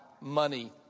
money